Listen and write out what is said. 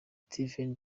steven